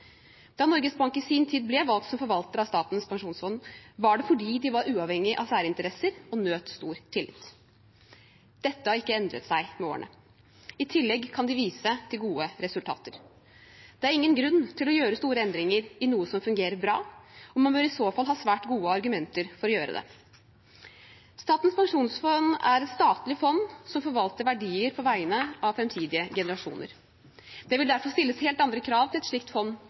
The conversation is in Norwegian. Da Norges Bank i sin tid ble valgt som forvalter av Statens pensjonsfond utland, var det fordi de var uavhengig av særinteresser og nøt stor tillit. Dette har ikke endret seg med årene. I tillegg kan de vise til gode resultater. Det er ingen grunn til å gjøre store endringer i noe som fungerer bra, og man bør i så fall ha svært gode argumenter for å gjøre det. Statens pensjonsfond utland er et statlig fond som forvalter verdier på vegne av framtidige generasjoner. Det vil derfor stilles helt andre krav til et slikt fond,